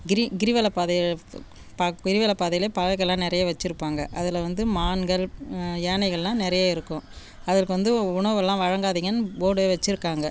கிரி கிரிவலப் பாதை கிரிவலப் பாதையிலே பழங்கள்லாம் நிறைய வச்சிருப்பாங்கள் அதில் வந்து மான்கள் யானைகள்லாம் நிறைய இருக்கும் அதற்கு வந்து உணவுல்லாம் வழங்காதிங்கன்னு போர்டே வச்சிருக்காங்கள்